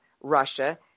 Russia